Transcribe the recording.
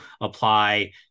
apply